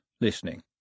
listening